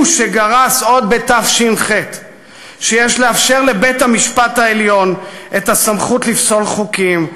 הוא שגרס עוד בתש"ח שיש לאפשר לבית-המשפט העליון את הסמכות לפסול חוקים,